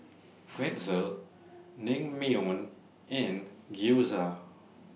Pretzel Naengmyeon and Gyoza